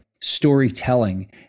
storytelling